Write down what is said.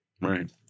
Right